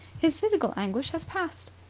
his physical anguish has passed,